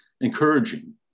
encouraging